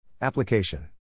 Application